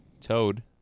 Toad